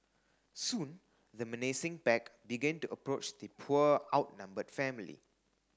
soon the menacing back begin to approach the poor outnumbered family